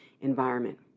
environment